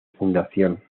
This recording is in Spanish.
fundación